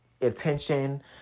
Attention